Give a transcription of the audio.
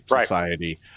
society